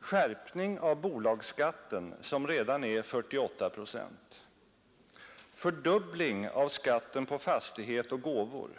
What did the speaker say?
Skärpning av bolagsskatten, som redan är 48 procent. Fördubbling av skatten på fastighet och gåvor.